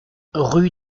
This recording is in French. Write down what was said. rue